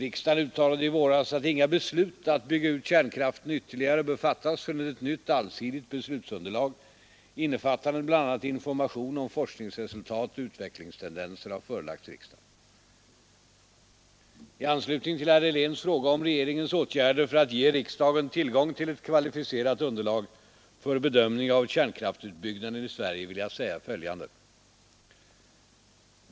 Riksdagen uttalade i våras att ”inga beslut att bygga ut kärnkraften ytterligare bör fattas förrän ett nytt, allsidigt beslutsunderlag, innefattande bl.a. information om forskningsresultat och utvecklingstendenser, har förelagts riksdagen”. I anslutning till herr Heléns fråga om regeringens åtgärder för att ge riksdagen tillgång till ett kvalificerat underlag för bedömning av kärnkraftutbyggnaden i Sverige vill jag säga följande.